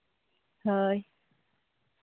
ᱦᱳᱭ